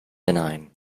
benign